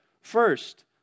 first